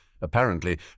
apparently